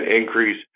increase